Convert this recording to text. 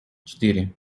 четыре